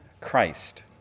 Christ